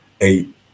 eight